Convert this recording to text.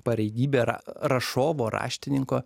pareigybė ra rašovo raštininko